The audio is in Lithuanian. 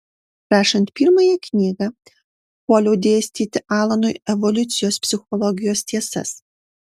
rašant pirmąją knygą puoliau dėstyti alanui evoliucijos psichologijos tiesas